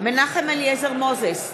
מנחם אליעזר מוזס,